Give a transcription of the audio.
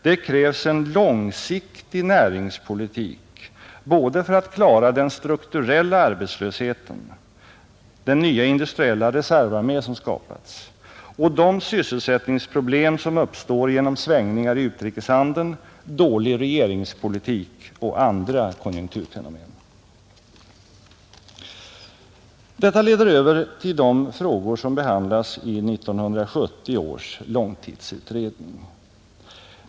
Det krävs en långsiktig näringspolitik både för att klara den strukturella arbetslösheten — den nya industriella reservarmé som skapats — och de sysselsättningsproblem som uppstår genom svängningar i utrikeshandeln, dålig regeringspolitik och andra konjunkturfenomen. Detta leder över till de frågor som behandlas i 1970 års långtidsutred ning.